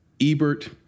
Ebert